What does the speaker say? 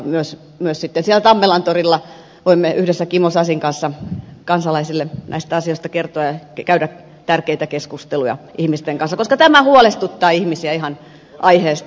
myös sitten siellä tammelantorilla voimme yhdessä kimmo sasin kanssa kansalaisille näistä asioista kertoa ja käydä tärkeitä keskusteluja ihmisten kanssa koska tämä huolestuttaa ihmisiä ihan aiheesta